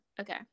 Okay